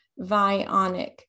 Vionic